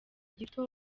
gito